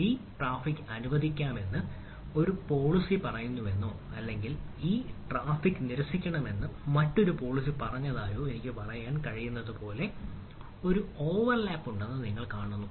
ഈ ട്രാഫിക് അനുവദിക്കാമെന്ന് ഒരു പോളിസി പറയുന്നുവെന്നോ അല്ലെങ്കിൽ ഈ ട്രാഫിക് നിരസിക്കണമെന്ന് മറ്റൊരു പോളിസി പറഞ്ഞതായോ എനിക്ക് പറയാൻ കഴിയുന്നതുപോലെ ഒരു ഓവർലാപ്പ് ഉണ്ടെന്ന് നിങ്ങൾ കാണുന്നു